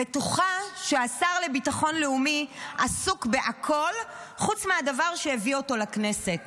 בטוחה שהשר לביטחון לאומי עסוק בהכול חוץ מהדבר שהביא אותו לכנסת,